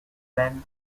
slain